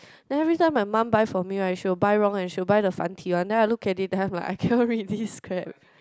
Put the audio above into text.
then every time my mum buy for me right she will buy wrong and she will buy the 繁体 one then I look at it then I'm like I cannot read this crap